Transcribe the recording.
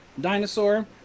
Dinosaur